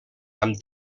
amb